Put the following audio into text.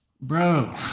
Bro